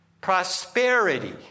prosperity